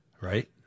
right